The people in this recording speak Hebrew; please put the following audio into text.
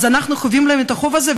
אז חבים להם את החוב הזה,